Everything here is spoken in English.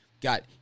Got